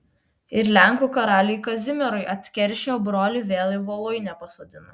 ir lenkų karaliui kazimierui atkeršijo brolį vėl į voluinę pasodino